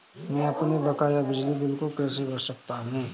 मैं अपने बकाया बिजली बिल को कैसे भर सकता हूँ?